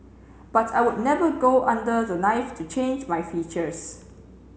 but I would never go under the knife to change my features